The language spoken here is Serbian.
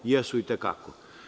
Jesu i te kako.